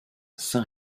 saint